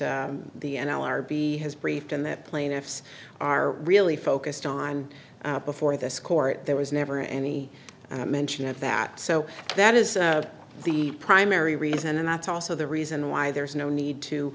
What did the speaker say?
b has briefed and that plaintiffs are really focused on and before this court there was never any mention of that so that is the primary reason and that's also the reason why there is no need to